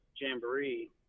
Jamboree